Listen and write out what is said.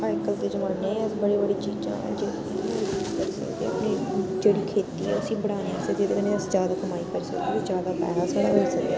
अज्जकल दे जमाने अस बड़ी बड़ी चीज़ां ना तुस करी सकदे जेह्ड़ी खेती ऐ उसी बढ़ाने आस्तै जेह्दे कन्नै अस ज्यादा कमाई करी सकचै ज्यादा पैहा साढ़ै कश होई सकदे